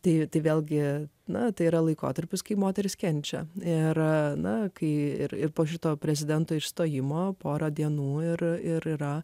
tai vėlgi na tai yra laikotarpis kai moteris kenčia ir na kai ir ir po šito prezidento išstojimo porą dienų ir yra